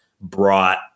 brought